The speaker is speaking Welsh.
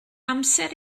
amser